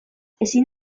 ezin